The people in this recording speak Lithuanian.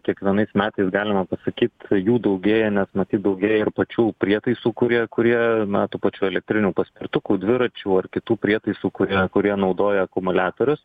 kiekvienais metais galima pasakyt jų daugėja nes matyt daugėja ir pačių prietaisų kurie kurie na tų pačių elektrinių paspirtukų dviračių ar kitų prietaisų kurie kurie naudoja akumuliatorius